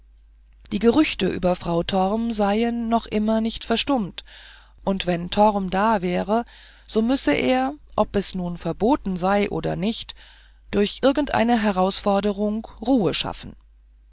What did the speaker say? die gerüchte über frau torm seien noch immer nicht verstummt und wenn torm da wäre so müsse er ob es nun verboten sei oder nicht durch irgendeine herausforderung ruhe schaffen